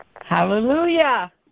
Hallelujah